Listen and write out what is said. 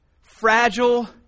fragile